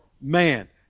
man